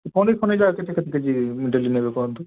ପନିରଫନିର ଯାକ କେତେ କେତେ କେଜି ଡେଲି ନେବେ କହନ୍ତୁ